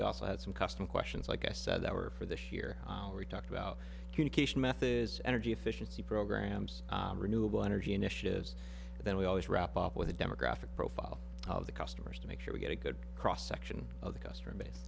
we also had some custom questions like i said that were for this year we talked about communication method is energy efficiency programs renewable energy initiatives and then we always wrap up with a demographic profile of the customers to make sure we get a good cross section of the customer base